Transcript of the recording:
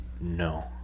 No